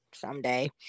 someday